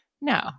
no